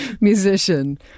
musician